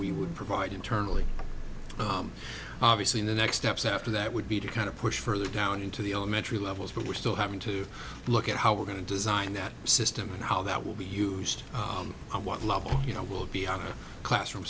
we would provide internally obviously in the next steps after that would be to kind of push further down into the elementary levels but we're still having to look at how we're going to design that system and how that will be used on one level you know will be on a classroom